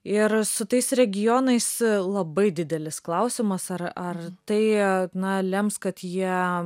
ir su tais regionais labai didelis klausimas ar ar tai na lems kad jie